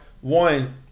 one